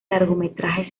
largometrajes